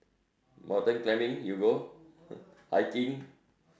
mountain climbing you go hiking